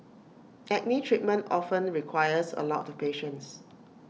acne treatment often requires A lot of patience